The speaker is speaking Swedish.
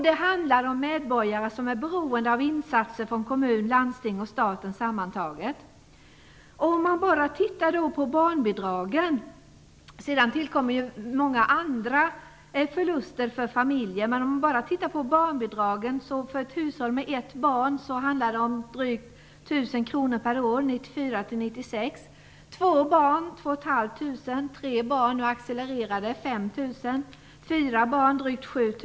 Det handlar om medborgare som är beroende av insatser från kommun, landsting och staten. Hushållsekonomin försvagas från 1994 till 1996. Det tillkommer många förluster för barnfamiljer, men man kan bara titta på barnbidragen. För ett hushåll med ett barn handlar det om drygt 1 000 kr per år. För ett hushåll med två barn handlar det om ca 2 500 kr. För ett hushåll med tre barn - nu accelererar det - handlar det om ca 5 000 kr. För ett hushåll med fyra barn handlar det om drygt 7 000 kr.